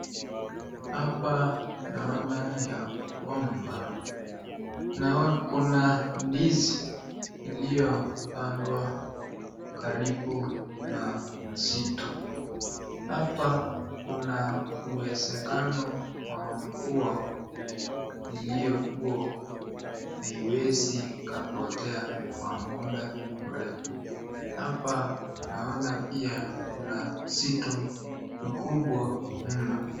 Hapa naona ya kwamba kuna ndizi iliyo pandwa karibu na msitu hapa kuna uwesekano wa mvua iliyokuwa haiwezi potea Kwa muda mrefu hapa pia Kuna msitu mkubwa mno.